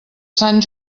sant